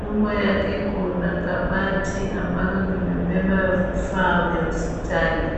Nyuma yake kuna kabati ambalo limebeba vifaa vya hospitali.